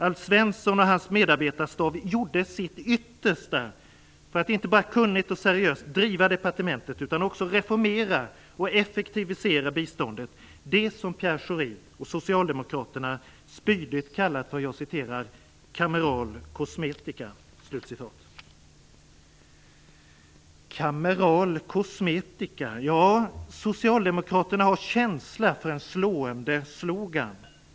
Alf Svensson och hans medarbetarstab gjorde sedan sitt yttersta för att inte bara kunnigt och seriöst driva departementet, utan också reformera och effektivisera biståndet - det som Pierre Schori och Socialdemokraterna spydigt kallat för "kameral kosmetika". Kameral kosmetika! Socialdemokraterna har känsla för en slående slogan.